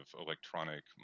electronic